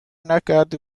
نکرده